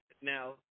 now